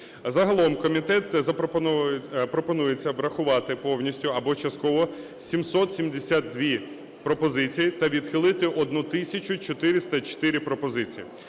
Загалом комітетом пропонується врахувати повністю або частково 772 пропозиції та відхилити 1404 пропозиції.